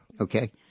Okay